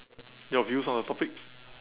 your views on the topic